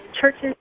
churches